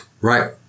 Right